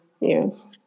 Yes